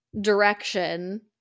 direction